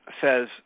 says